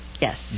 Yes